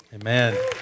Amen